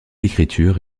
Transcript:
écriture